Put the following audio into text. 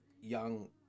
young